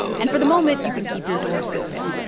and for the moment, you can keep your doors open.